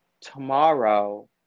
tomorrow